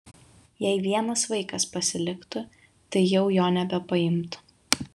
jei vienas vaikas pasiliktų tai jau jo nebepaimtų